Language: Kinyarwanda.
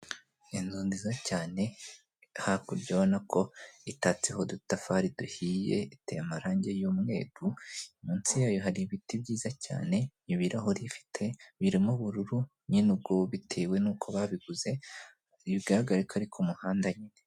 Inzu nziza cyane iri hakurya ubona ko itatseho udutafari duhiye, iteye amarange y'umweru, munsi yayo hari ibiti byiza cyane, ibirahuri birimo ubururu, nyine ubwo bitewe n'uko babiguze, bigaragare ko ari ku muhanda nyine.